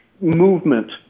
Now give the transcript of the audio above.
movement